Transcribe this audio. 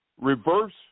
reverse